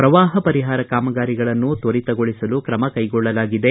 ಪ್ರವಾಪ ಪರಿಪಾರ ಕಾಮಗಾರಿಗಳನ್ನು ತ್ವರಿತಗೊಳಿಸಲು ಕ್ರಮಕೈಗೊಳ್ಳಲಾಗಿದೆ